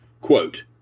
quote